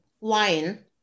line